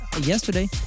yesterday